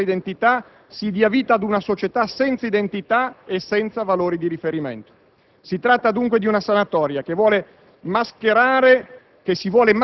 C'è il rischio che il nostro Paese si riempia di persone senza stabile occupazione che potrebbero saldarsi con quei 10.000 extracomunitari che l'indulto ha improvvidamente liberato